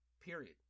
Period